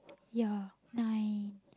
ya nine